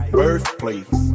birthplace